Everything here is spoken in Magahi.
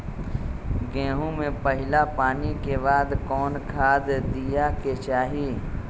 गेंहू में पहिला पानी के बाद कौन खाद दिया के चाही?